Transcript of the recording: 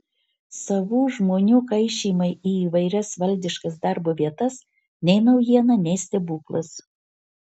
savų žmonių kaišymai į įvairias valdiškas darbo vietas nei naujiena nei stebuklas